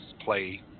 play